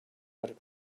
other